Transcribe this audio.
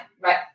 right